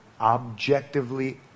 objectively